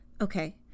Okay